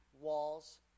walls